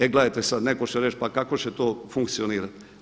E gledajte sad, netko će reći pa kako će to funkcionirati?